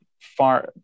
far